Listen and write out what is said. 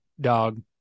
dog